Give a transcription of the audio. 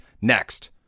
Next